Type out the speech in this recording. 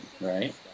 right